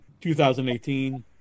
2018